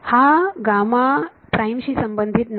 हा शी संबंधित नाही